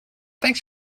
thanks